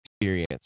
experience